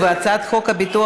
אני אמתין.